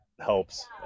helps